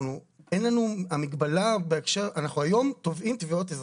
אנחנו היום תובעים תביעות אזרחיות.